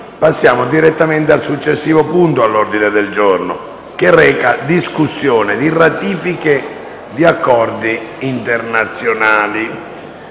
passiamo direttamente al successivo punto all'ordine del giorno, che reca discussione di ratifiche di accordi internazionali.